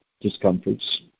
discomforts